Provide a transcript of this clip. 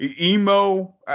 Emo